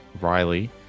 Riley